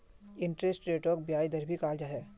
interest रेटक ब्याज दर भी कहाल जा छे